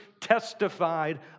testified